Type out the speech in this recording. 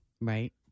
Right